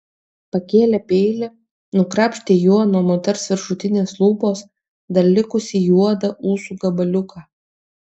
pakėlė peilį nukrapštė juo nuo moters viršutinės lūpos dar likusį juodą ūsų gabaliuką